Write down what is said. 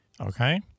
Okay